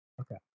Okay